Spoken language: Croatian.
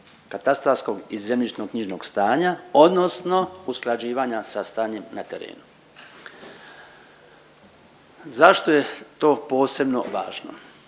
katastarskog i zemljišnoknjižnog stanja odnosno usklađivanja sa stanjem na terenu. Zašto je to posebno važno?